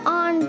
on